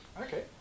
Okay